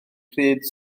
pryd